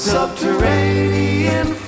Subterranean